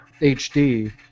HD